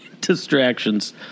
distractions